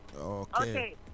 Okay